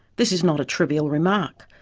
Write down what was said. this is not a trivial remark.